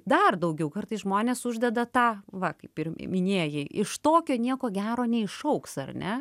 dar daugiau kartais žmonės uždeda tą va kaip ir minėjai iš tokio nieko gero neišaugs ar ne